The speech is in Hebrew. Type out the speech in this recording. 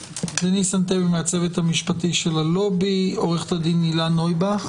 ענטבי, עו"ד הלה נויבך